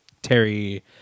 Terry